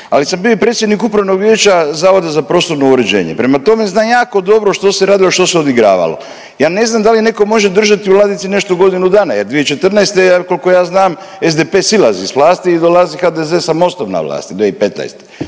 Ali sam bio i predsjednik Upravnog vijeća Zavoda za prostorno uređenje, prema tome znam jako dobro što se radilo što se odigravalo. Ja ne znam da li neko može držati u ladici nešto godinu dana jer 2014. koliko ja znam SDP silazi s vlasti i dolazi HDZ s Mostom na vlasti 2015.